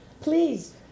Please